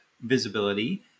visibility